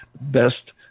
best